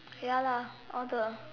ya lah all the